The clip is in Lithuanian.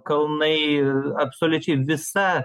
kalnai ir absoliučiai visa